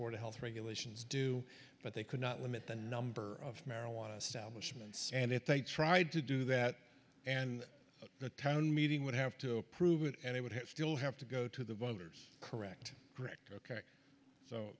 board of health regulations do but they could not limit the number of marijuana establishment and if they tried to do that and the town meeting would have to approve it and it would have still have to go to the voters correct correct ok so